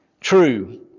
true